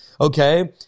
okay